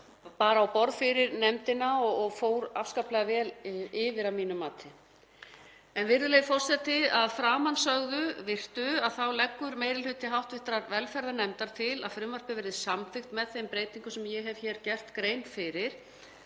bar á borð fyrir nefndina og fór afskaplega vel yfir að mínu mati. Virðulegi forseti. Að framansögðu virtu leggur meiri hluti hv. velferðarnefndar til að frumvarpið verði samþykkt með þeim breytingum sem ég hef hér gert grein fyrir.